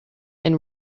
and